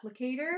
applicator